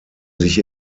sich